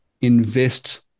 invest